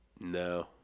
No